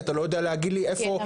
כי אתה לא יודע להגיד לי איפה --- כי